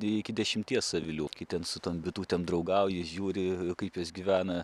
iki dešimties avilių kai ten su tom bitutėm ten draugauji žiūri kaip jos gyvena